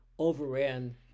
overran